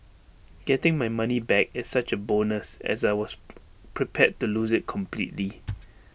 getting my money back is such A bonus as I was prepared to lose IT completely